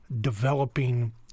developing